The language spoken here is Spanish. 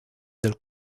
del